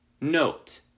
Note